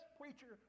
preacher